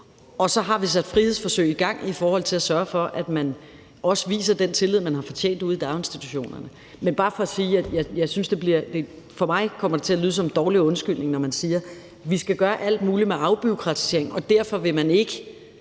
Og så har vi sat frihedsforsøg i gang i forhold til at sørge for, at man også viser den tillid, de har fortjent ude i daginstitutionerne. Men det er bare for at sige, at det for mig kommer til at lyde som en dårlig undskyldning, når man siger, at vi skal gøre alt muligt med afbureaukratisering, og at man derfor ikke